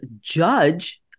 judge